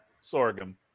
sorghum